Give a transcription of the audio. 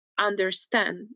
understand